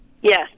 Yes